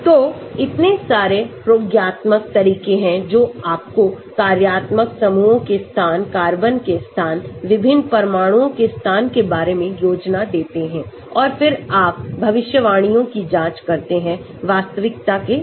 तो इतने सारे प्रयोगात्मक तरीके हैं जो आपको कार्यात्मक समूहों के स्थान कार्बन के स्थान विभिन्न परमाणुओं के स्थान के बारे में योजना देते हैं और फिर आप भविष्यवाणियों की जांच करते हैं वास्तविकता के साथ